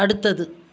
அடுத்தது